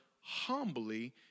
humbly